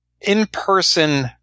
in-person